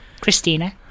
Christina